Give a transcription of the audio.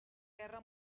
guerra